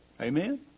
Amen